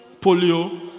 polio